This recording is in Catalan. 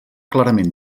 clarament